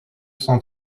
cent